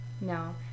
No